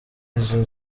izo